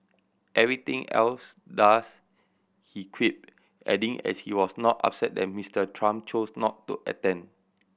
everything else does he quipped adding as he was not upset that Mister Trump chose not to attend